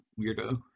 weirdo